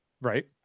Right